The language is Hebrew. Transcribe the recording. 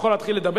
טייקון.